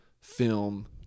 film